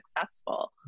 successful